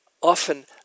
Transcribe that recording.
often